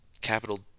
capital